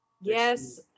Yes